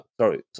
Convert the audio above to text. sorry